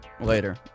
Later